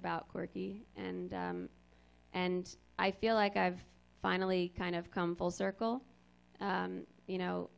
about quirky and and i feel like i've finally kind of come full circle you know